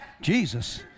Jesus